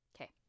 Okay